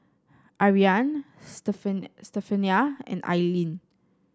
Ariane Stephania and Aileen